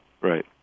Right